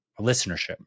listenership